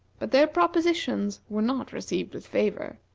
but their propositions were not received with favor.